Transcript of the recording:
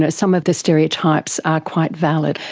ah some of the stereotypes are quite valid?